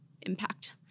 impact